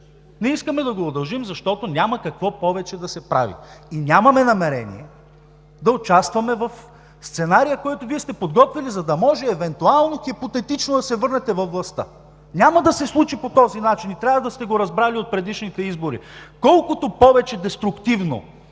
Не искаме да го удължим, защото няма какво повече да се прави. И нямаме намерение да участваме в сценария, който Вие сте подготвили, за да може евентуално хипотетично да се върнете във властта. Няма да се случи по този начин и трябва да сте го разбрали от предишните избори – колкото повече деструктивно